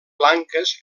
blanques